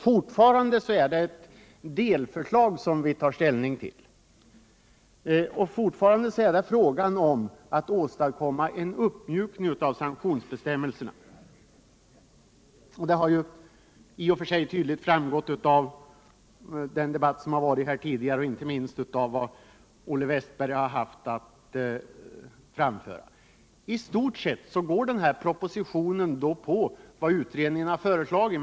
Fortfarande är det ett delförslag som vi tar ställning till, och fortfarande är det tråga om att åstadkomma en uppmjukning av sanktionsbestämmelserna, vilket i och för sig tydligt framgått av den tidigare debatten och inte minst av vad Olle Westberg i Hofors anfört. | I stort sett går propositionen ut på vad utredningen föreslagit.